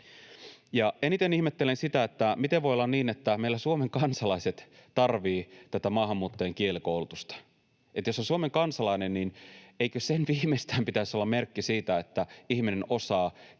eniten ihmettelen sitä, että miten voi olla niin, että meillä Suomen kansalaiset tarvitsevat tätä maahanmuuttajien kielikoulutusta, että jos on Suomen kansalainen, niin eikö sen viimeistään pitäisi olla merkki siitä, että ihminen osaa